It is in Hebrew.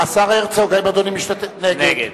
נגד